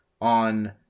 on